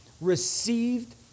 received